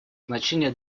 значение